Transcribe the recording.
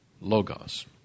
logos